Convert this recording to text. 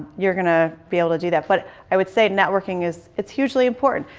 you're going to be able to do that. but i would say networking is it's hugely important.